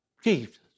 Jesus